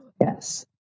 yes